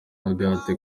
agathe